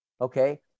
Okay